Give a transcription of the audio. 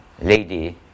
lady